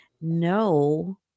no